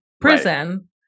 prison